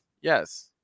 Yes